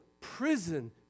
prison